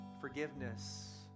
forgiveness